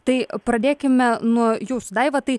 tai pradėkime nuo jūsų daiva tai